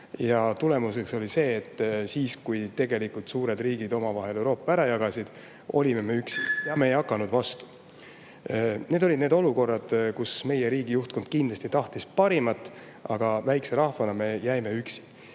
ja tulemuseks oli see, et kui suured riigid omavahel Euroopa ära jagasid, olime me üksi ja me ei hakanud vastu. Need olid olukorrad, kus meie riigi juhtkond kindlasti tahtis parimat, aga väikese rahvana me jäime üksi.